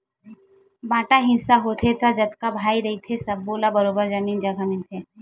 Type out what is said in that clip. बांटा हिस्सा होथे त जतका भाई रहिथे सब्बो ल बरोबर जमीन जघा मिलथे